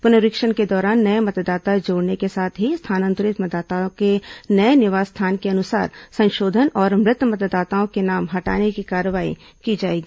पुनरीक्षण के दौरान नए मतदाता जोड़ने के साथ ही स्थानांतरित मतदाताओं का नए निवास स्थान के अनुसार संशोधन और मृत मतदाताओं के नाम हटाने की कार्यवाही की जाएगी